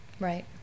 Right